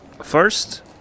First